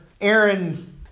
aaron